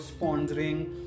sponsoring